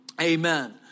Amen